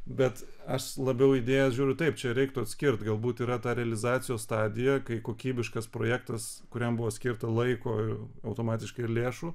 bet aš labiau į idėjas žiūriu taip čia reiktų atskirt galbūt yra ta realizacijos stadija kai kokybiškas projektas kuriam buvo skirta laiko automatiškai lėšų